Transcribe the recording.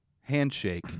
handshake